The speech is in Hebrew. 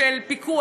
של פיקוח,